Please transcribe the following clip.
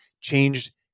changed